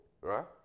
right